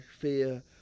fear